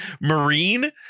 marine